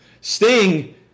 Sting